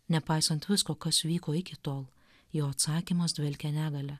nepaisant visko kas vyko iki tol jo atsakymas dvelkia negalia